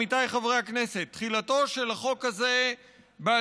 עמיתיי חברי הכנסת: תחילתו של החוק הזה ב-2003.